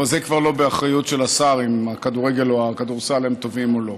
אבל זה כבר לא באחריות של השר אם הכדורגל או הכדורסל הם טובים או לא.